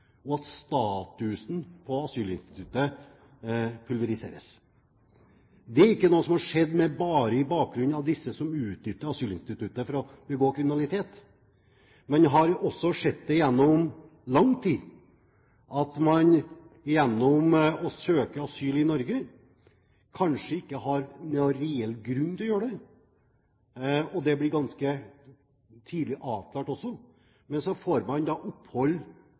og at statusen pulveriseres. Det er ikke noe som har skjedd bare med bakgrunn i dem som utnytter asylinstituttet for å begå kriminalitet. Man har sett gjennom lang tid at mange som søker asyl i Norge, kanskje ikke har noen reell grunn til å gjøre det. Det blir også ganske tidlig avklart. Men så får man opphold